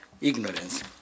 ignorance